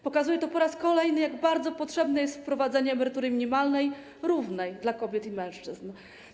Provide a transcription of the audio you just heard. Pokazuje to po raz kolejny, jak bardzo potrzebne jest wprowadzenie emerytury minimalnej, równej dla kobiet i mężczyzn.